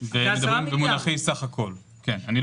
מה